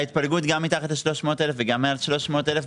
ההתפלגות גם מתחת ל-300,000 שקל וגם מעל 300,000 שקל,